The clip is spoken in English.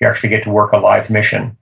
you actually get to work a live mission